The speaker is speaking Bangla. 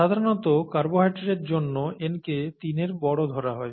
সাধারনত কার্বোহাইড্রেটের জন্য n কে 3 এর বড় ধরা হয়